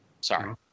Sorry